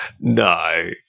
No